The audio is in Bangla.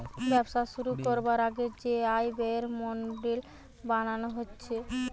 ব্যবসা শুরু করবার আগে যে আয় ব্যয়ের মডেল বানানো হতিছে